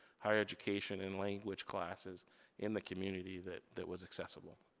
higher education and language classes in the community that that was accessible.